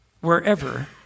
wherever